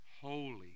holy